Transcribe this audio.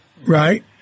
Right